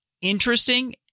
interesting